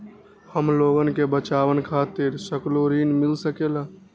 हमलोगन के बचवन खातीर सकलू ऋण मिल सकेला?